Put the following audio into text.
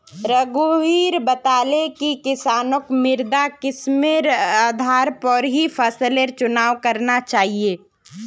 रघुवीर बताले कि किसानक मृदा किस्मेर आधार पर ही फसलेर चुनाव करना चाहिए